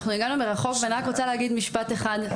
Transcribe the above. הגענו מרחוק ואני רק רוצה להגיד משפט אחד.